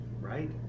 right